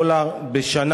אדוני ימשיך את ההקראה.